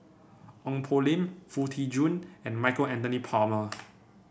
Ong Poh Lim Foo Tee Jun and Michael Anthony Palmer